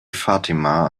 fatima